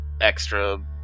extra